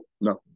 No